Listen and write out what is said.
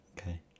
Okay